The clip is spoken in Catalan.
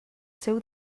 seu